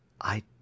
I